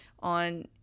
On